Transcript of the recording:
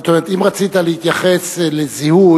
זאת אומרת אם רצית להתייחס לזיהוי,